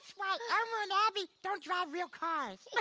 elmo and abby don't drive real cars.